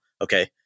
Okay